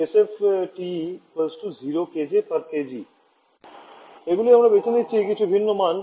TE 0 kJkg এগুলি আমরা বেছে নিচ্ছি কিছু ভিন্ন মান